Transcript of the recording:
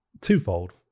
twofold